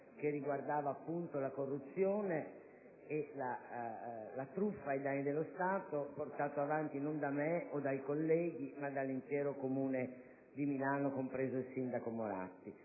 riguardante la corruzione e la truffa ai danni dello Stato, proposta portata avanti non da me o dai miei colleghi, ma dall'intero Comune di Milano, compreso il sindaco Moratti.